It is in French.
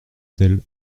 tels